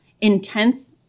intense